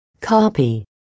Copy